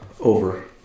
Over